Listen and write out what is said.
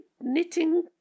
knitting